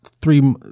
three